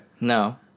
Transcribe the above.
No